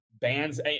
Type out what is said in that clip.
bands